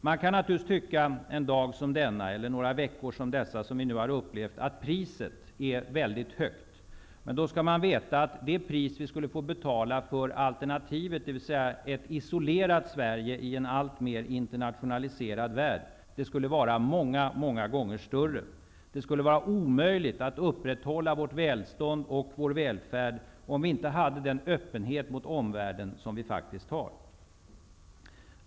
Man kan naturligtvis under veckor som dem som vi nu har upplevt tycka att priset är väldigt högt. Men då skall man veta att det pris vi skulle ha fått betala för alternativet, dvs. ett isolerat Sverige i en alltmer internationaliserad värld, skulle vara många många gånger högre. Det skulle vara omöjligt att upprätthålla vårt välstånd och vår välfärd om vi inte hade den öppenhet mot omvärlden som vi faktiskt har.